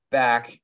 back